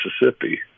Mississippi